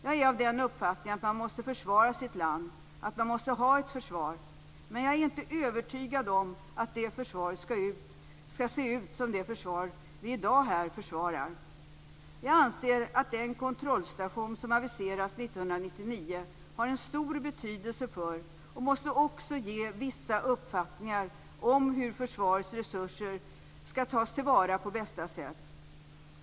Jag är av den uppfattningen att man måste försvara sitt land, att man måste ha ett försvar. Men jag är inte övertygad om att det försvaret skall se ut som det försvar vi i dag här försvarar. Jag anser att den kontrollstation som aviseras 1999 har en stor betydelse för och också måste ge vissa uppfattningar om hur försvarets resurser skall tas tillvara på bästa sätt.